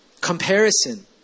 Comparison